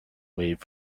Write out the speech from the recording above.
wave